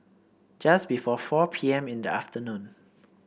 just before four P M in the afternoon